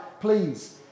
please